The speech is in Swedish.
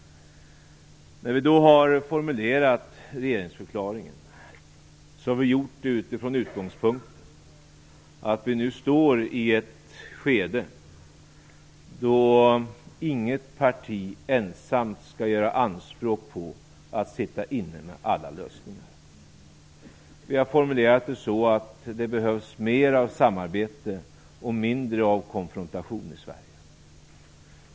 När vi har formulerat regeringsförklaringen har vi haft den utgångspunkten att vi står i ett skede där inget parti ensamt skall göra anspråk på att sitta inne med alla lösningar. Vi har formulerat det så att det behövs mer av samarbete och mindre av konfrontation i Sverige.